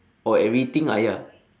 or everything ayah